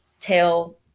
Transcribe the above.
tell